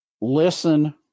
Listen